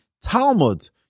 Talmud